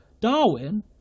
Darwin